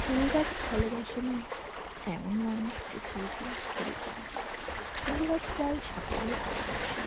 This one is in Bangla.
ফুল গাছ ভালোবাসে না এমন মানুষ পৃথিবীতেই খুবই কম ফুল গাছ প্রায় সকলেই ভালোবাসে